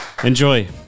Enjoy